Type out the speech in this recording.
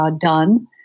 done